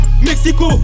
Mexico